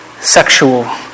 sexual